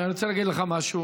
אני רוצה להגיד לך משהו,